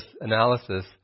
analysis